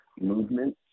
movement